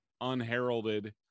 unheralded